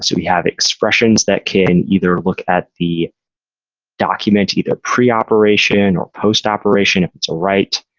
so we have expressions that can either look at the document, either pre operation or post-operation, if it's a right,